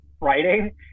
writing